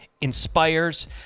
inspires